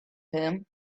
him